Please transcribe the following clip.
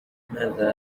ماذا